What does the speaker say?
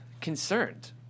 Concerned